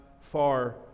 far